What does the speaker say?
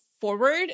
forward